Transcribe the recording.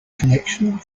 collection